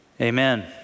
Amen